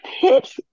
pitch